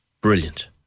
Brilliant